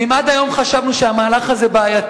ואם עד היום חשבנו שהמהלך הזה בעייתי,